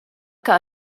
que